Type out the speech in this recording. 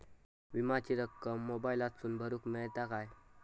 विमाची रक्कम मोबाईलातसून भरुक मेळता काय?